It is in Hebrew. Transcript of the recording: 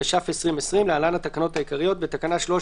התש"ף-2020 (להלן - התקנות העיקריות) בתקנה 13